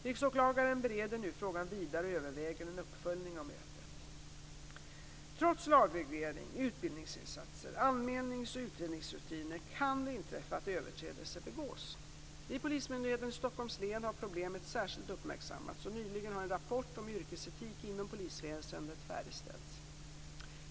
Riksåklagaren bereder nu frågan vidare och överväger en uppföljning av mötet. Trots lagreglering, utbildningsinsatser, anmälnings och utredningsrutiner kan det inträffa att överträdelser begås. Vid Polismyndigheten i Stockholms län har problemet särskilt uppmärksammats, och nyligen har en rapport om yrkesetik inom polisväsendet färdigställts.